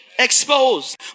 exposed